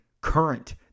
current